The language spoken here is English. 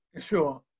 Sure